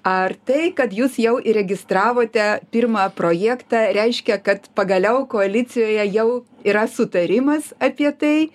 ar tai kad jūs jau įregistravote pirmą projektą reiškia kad pagaliau koalicijoje jau yra sutarimas apie tai